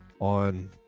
on